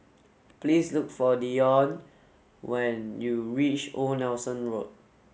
Please look for Deion when you reach Old Nelson Road